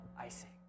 Icing